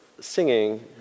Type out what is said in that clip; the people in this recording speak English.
singing